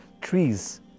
trees